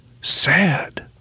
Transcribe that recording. Sad